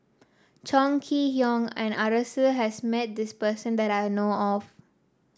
Chong Kee Hiong and Arasu has met this person that I know of